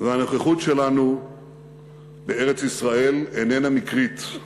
והנוכחות שלנו בארץ-ישראל איננה מקרית.